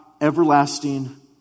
everlasting